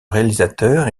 réalisateur